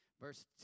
Verse